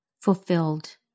fulfilled